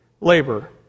labor